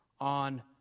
on